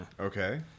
Okay